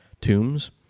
tombs